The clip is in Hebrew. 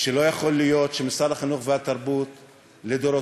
שלא יכול להיות שמשרד החינוך והתרבות לדורותיו,